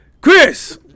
Chris